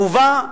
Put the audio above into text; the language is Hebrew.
הובא,